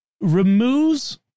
removes